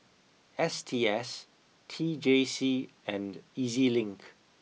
S T S T J C and E Z Link